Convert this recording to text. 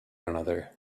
another